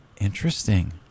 Interesting